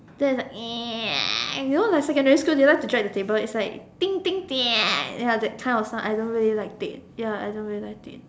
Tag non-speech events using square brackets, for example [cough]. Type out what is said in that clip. then its like [noise] you know the secondary school they like to drag the table its like [noise] ya that kind of sound I don't really like it ya I don't really like it